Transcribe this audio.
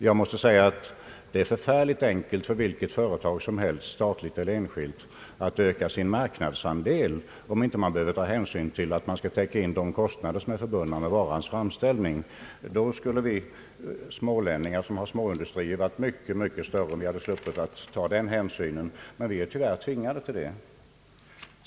Jag måste säga att det är mycket enkelt för vilket företag som helst, statligt eller enskilt, att öka sin marknadsandel, om man inte behöver ta hänsyn till att man måste täcka de kostnader som är förbundna med varans framställning. Vi smålänningar som har småindustrier skulle haft mycket, mycket större företag om vi hade sluppit att ta denna hänsyn, men vi är tyvärr tvingade därtill.